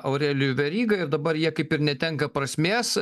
aurelijų verygą ir dabar jie kaip ir netenka prasmės